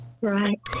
Right